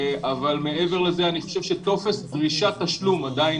אבל מעבר לזה אני חושב שטופס דרישת תשלום עדיין